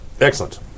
Excellent